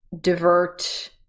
divert